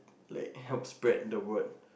they help spread the word